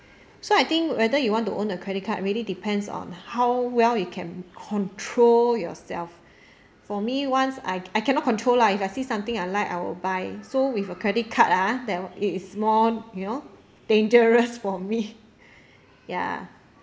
so I think whether you want to own a credit card really depends on how well you can control yourself for me once I I cannot control lah if I see something I like I will buy so with a credit card ah that it is more you know dangerous for me ya